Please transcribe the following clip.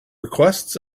request